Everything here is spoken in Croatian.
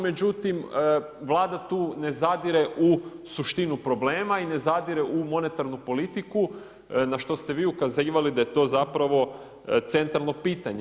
Međutim Vlada tu ne zadire u suštinu problema i ne zadire u monetarnu politiku na što ste vi ukazivali da je to zapravo centralno pitanje.